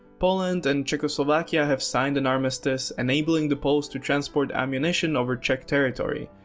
poland and czechoslovakia have signed an armistice, enabling the poles to transport ammunition over czech territory.